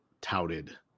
touted